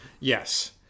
Yes